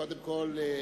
קודם כול,